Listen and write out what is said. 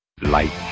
Light